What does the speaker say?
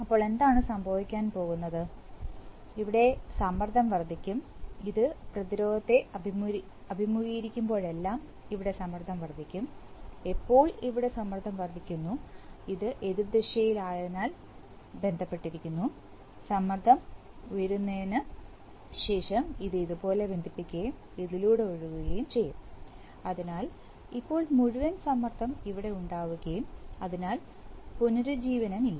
അപ്പോൾ എന്താണ് സംഭവിക്കാൻ പോകുന്നത് ഇവിടെ സമ്മർദ്ദം വർദ്ധിക്കും ഇത് പ്രതിരോധത്തെ അഭിമുഖീകരിക്കുമ്പോഴെല്ലാം ഇവിടെ സമ്മർദ്ദം വർദ്ധിക്കും എപ്പോൾ ഇവിടെ സമ്മർദ്ദം വർദ്ധിക്കുന്നു ഇത് എതിർദിശയിൽ ആയതിനാൽ ബന്ധപ്പെടുന്നു സമ്മർദ്ദം ഉയർന്നതിനു ശേഷം ഇത് ഇതുപോലെ ബന്ധിപ്പിക്കുകയും ഇതിലൂടെ ഒഴുകുകയും ചെയ്യും അതിനാൽ ഇപ്പോൾ മുഴുവൻ സമ്മർദ്ദം ഇവിടെ ഉണ്ടാവുകയും അതിനാൽ പുനരുജ്ജീവനമില്ല